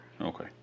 Okay